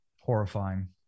Horrifying